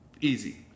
Easy